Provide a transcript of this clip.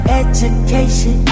education